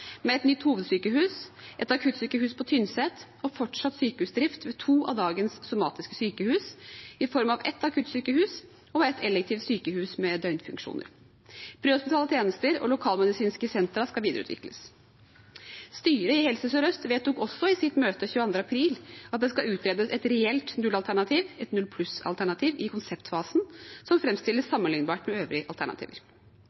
med et nytt hovedsykehus, et akuttsykehus på Tynset og fortsatt sykehusdrift ved to av dagens somatiske sykehus, i form av ett akuttsykehus og ett elektivt sykehus med døgnfunksjoner. Prehospitale tjenester og lokalmedisinske sentre skal videreutvikles. Styret i Helse Sør-Øst vedtok også i sitt møte den 22. april at det i konseptfasen skal utredes et reelt nullalternativ, et null-pluss-alternativ, som framstilles sammenlignbart med øvrige alternativer. Saken behandles av styrene i